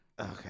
Okay